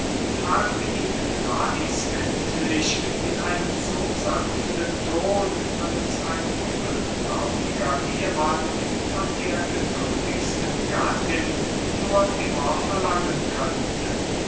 fragte ihn lais endlich in einem so sanften ton als ein übellauniger ehmann von der geduldigsten gattin nur immer verlangen könnte